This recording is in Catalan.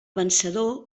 vencedor